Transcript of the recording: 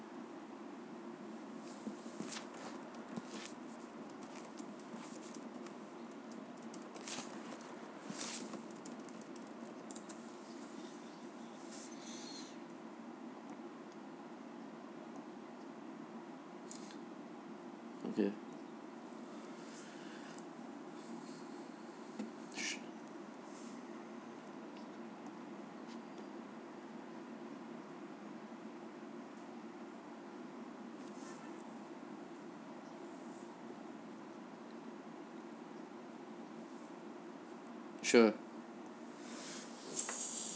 okay sure